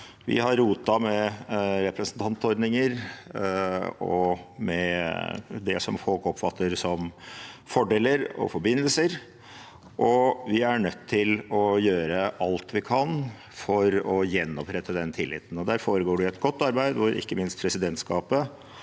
Vi har rotet med representantordninger og med det folk oppfatter som fordeler og forbindelser, og vi er nødt til å gjøre alt vi kan for å gjenopprette den tilliten. Der foregår det et godt arbeid, og ikke minst presidentskapet